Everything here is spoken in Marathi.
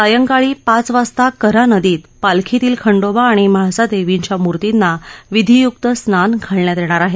सायंकाळी पाच वाजता कन्हा नदीत पालखीतील खंडोबा आणि म्हाळसादेवींच्या मूर्तींना विधीयुक्त स्नान घालण्यात येणार आहे